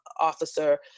officer